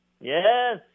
Yes